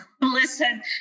listen